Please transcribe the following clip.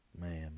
Man